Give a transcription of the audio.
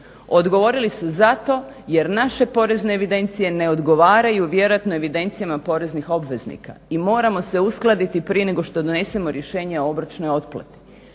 Odgovorili su zato jer naše porezne evidencije ne odgovaraju vjerojatno evidencijama poreznih obveznika i moramo se uskladiti prije nego što donesemo rješenje o obročnoj otplati.